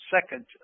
second